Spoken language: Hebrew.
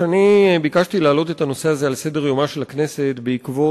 והשר יישאר כאן ובאופן הכי טבעי יענה על ההצעות לסדר-היום בנושא מכלי